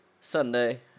Sunday